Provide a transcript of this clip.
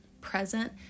present